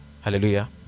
hallelujah